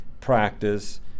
practice